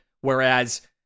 whereas